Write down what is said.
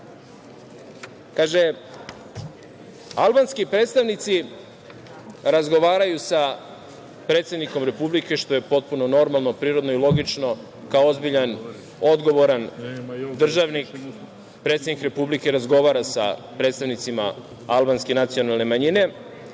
albanski predstavnici razgovaraju sa predsednikom Republike, što je potpuno normalno, prirodno i logično. Kao ozbiljan, odgovoran državnik, predsednik Republike razgovara sa predstavnicima albanske nacionalne manjine.